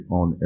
on